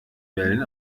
wellen